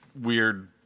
weird